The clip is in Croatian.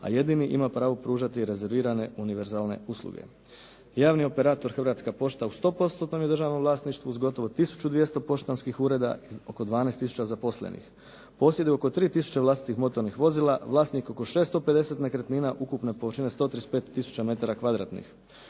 a jedini ima pravo pružati i rezervirane univerzalne usluge. Javni operator Hrvatska pošta u 100%-tnom je državnom vlasništvu sa gotovo 1200 poštanskih ureda i oko 12 tisuća zaposlenih. Posjeduje oko 3 tisuće vlastitih motornih vozila, vlasnik oko 650 nekretnina ukupne površine 135